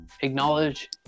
Acknowledge